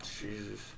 Jesus